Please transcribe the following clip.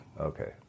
Okay